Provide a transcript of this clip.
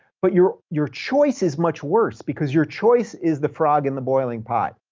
but your your choice is much worse, because your choice is the frog in the boiling pot.